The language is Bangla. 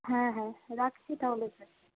হ্যাঁ হ্যাঁ রাখছি তাহলে স্যার